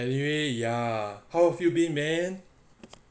anyway ya how have you been man